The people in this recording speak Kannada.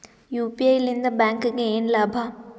ಯು.ಪಿ.ಐ ಲಿಂದ ಬ್ಯಾಂಕ್ಗೆ ಏನ್ ಲಾಭ?